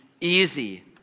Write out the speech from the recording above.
easy